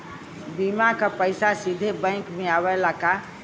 बीमा क पैसा सीधे बैंक में आवेला का?